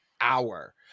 hour